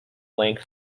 length